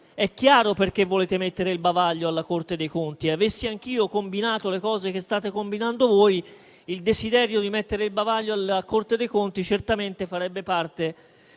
è chiaro perché volete mettere il bavaglio alla Corte dei conti: avessi anch'io combinato le cose che state combinando voi, il desiderio di mettere il bavaglio alla Corte dei conti certamente farebbe parte